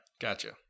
gotcha